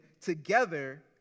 together